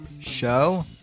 show